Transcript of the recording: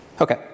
Okay